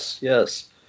yes